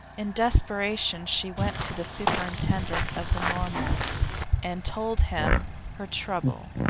in desperation she went to the superintendent of the normal and told him her trouble.